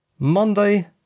Monday